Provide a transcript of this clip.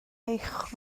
eich